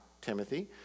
Timothy